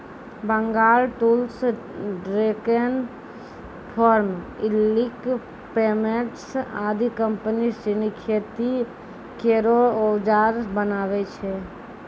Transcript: Bengal tools, Deccan farm equipments आदि company सिनी खेती केरो औजार बनावै छै